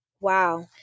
Wow